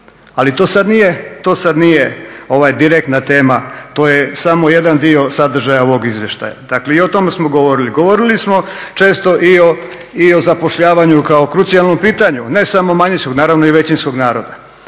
Ali to sad nije direktna tema. To je samo jedan dio sadržaja ovog izvještaja. Dakle i o tome smo govorili. Govorili smo često i o zapošljavanju kao krucijalnom pitanju ne samo manjinskog, naravno i većinskog naroda.